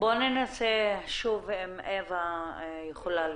בואו נבדוק שוב אם אווה יכולה לדבר.